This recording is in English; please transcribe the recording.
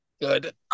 good